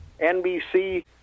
NBC